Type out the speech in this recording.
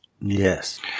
Yes